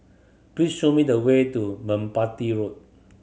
please show me the way to Merpati Road